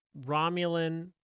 romulan